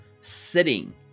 sitting